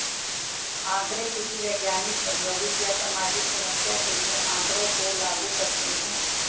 आंकड़े किसी वैज्ञानिक, औद्योगिक या सामाजिक समस्या के लिए आँकड़ों को लागू करते है